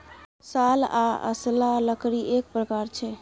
साल आ असला लकड़ीएक प्रकार छै